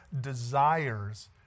desires